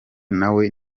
nawe